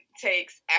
takes